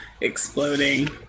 exploding